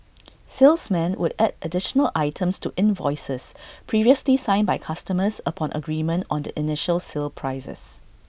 salesmen would add additional items to invoices previously signed by customers upon agreement on the initial sale prices